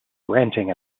ranting